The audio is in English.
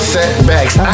Setbacks